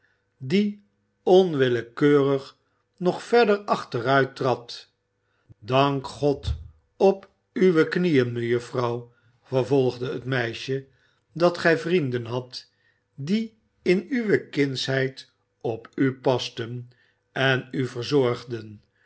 die onwillekeurig nog verder achteruittrad dank god op uwe knieën mejuffrouw vervolgde het meisje dat gij vrienden hadt die in uwe kindsheid op u pasten en u verzorgden